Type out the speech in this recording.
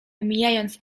omijając